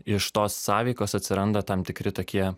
iš tos sąveikos atsiranda tam tikri tokie